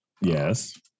Yes